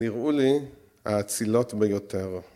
נראו לי האצילות ביותר.